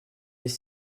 des